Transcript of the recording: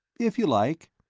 if you like.